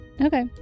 Okay